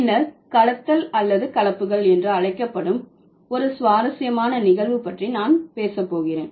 பின்னர் கலத்தல் அல்லது கலப்புகள் என்று அழைக்கப்படும் ஒரு சுவாரஸ்யமான நிகழ்வு பற்றி நான் பேச போகிறேன்